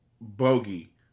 Bogey